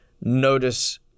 notice